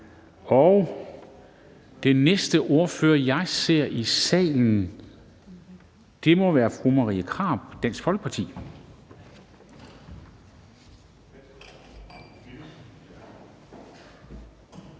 Og den næste ordfører, jeg ser i salen, er fru Marie Krarup, Dansk Folkeparti.